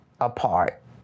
apart